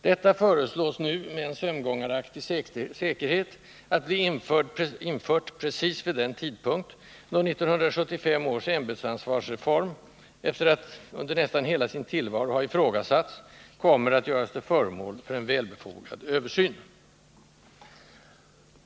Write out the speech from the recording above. Detta föreslås nu, med en sömngångaraktig säkerhet, att bli infört precis vid den tidpunkt, då 1975 års ämbetsansvarsreform — efter att under nästan hela sin tillvaro ha ifrågasatts — kommer att göras till föremål för en välbefogad översyn.